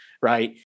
right